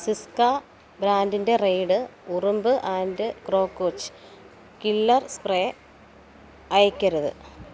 സിസ്ക ബ്രാൻഡിന്റെ റെയ്ഡ് ഉറുമ്പ് and cockroach killer spray അയയ്ക്കരുത്